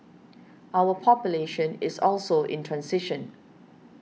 our population is also in transition